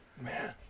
man